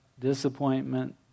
disappointment